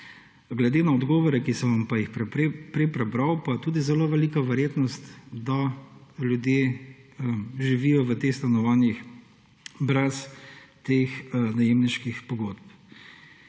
Glede na odgovore, ki sem vam jim prej prebral, pa je tudi zelo velika verjetnost, da ljudje živijo v teh stanovanjih brez najemniških pogodb.